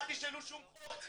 אל תשאלו שום חוק,